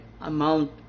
amount